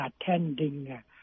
attending